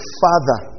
father